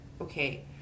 okay